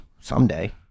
someday